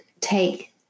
take